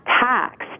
taxed